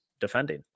Defending